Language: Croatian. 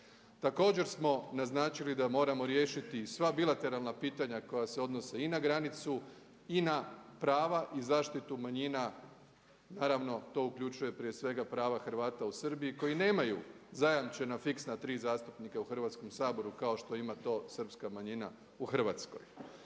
Također smo naznačili da moramo riješiti sva bilateralna pitanja koja se odnose i na granicu i na prava i zaštitu manjina, naravno tu uključuje prije svega prava Hrvata u Srbiji koji nemaju zajamčena fiksna tri zastupnika u Hrvatskom saboru kao što ima to Srpska manjina u Hrvatskoj.